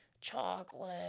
chocolate